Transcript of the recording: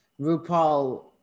RuPaul